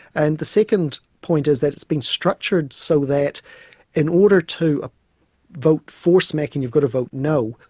and the second point is that it's been structured so that in order to ah vote for smacking, you've got to vote no.